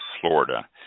Florida